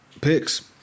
picks